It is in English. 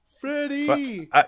Freddie